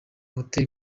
hotel